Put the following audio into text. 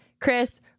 Chris